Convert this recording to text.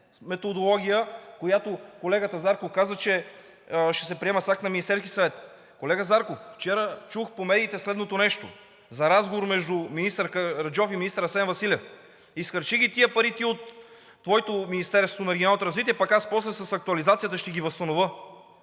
която колегата Зарков каза, че ще се приема с акт на Министерския съвет. Колега Зарков, вчера чух по медиите следното нещо – за разговор между министър Караджов и министър Асен Василев: „Изхарчи ги тези пари ти от твоето Министерство на регионалното развитие, пък аз после с актуализацията ще ти ги възстановя.“